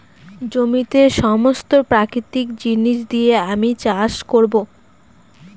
জমিতে সমস্ত প্রাকৃতিক জিনিস দিয়ে আমি চাষ করবো